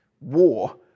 war